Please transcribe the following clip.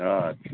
अच्छा